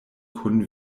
kun